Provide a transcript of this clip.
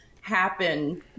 happen